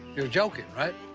you're jokin' right?